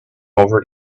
over